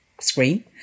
screen